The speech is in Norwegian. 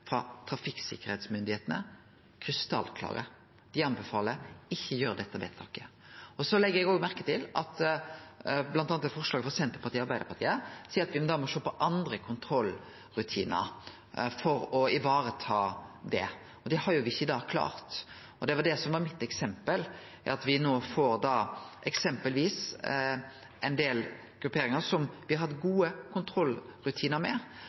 trafikksikkerheitsmyndigheitene, krystallklare. Dei anbefaler å ikkje gjere dette vedtaket. Eg legg også merke til at bl.a. i eit forslag frå Senterpartiet og Arbeidarpartiet seier ein at me må sjå på andre kontrollrutinar for å vareta det. Det har me ikkje klart, og det var det som var mitt eksempel. Me får eksempelvis ein del grupperingar som me har hatt gode kontrollrutinar med.